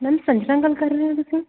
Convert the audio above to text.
ma'am Sanjana ਗੱਲ ਕਰ ਰਹੇ ਹੋ ਤੁਸੀਂ